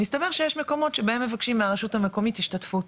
מסתבר שיש מקומות שבהם מבקשים מהרשות המקומית השתתפות,